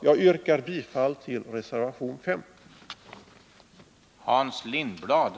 Jag yrkar bifall till reservation 5 vid försvarsutskottets betänkande nr 13.